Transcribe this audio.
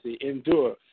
endure